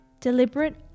Deliberate